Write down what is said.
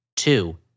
Two